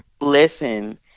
listen